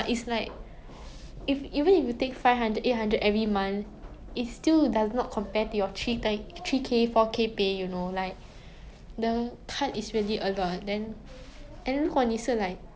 mm like solution yeah